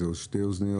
זה שתי אוזניות?